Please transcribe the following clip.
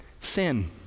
Sin